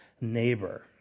neighbor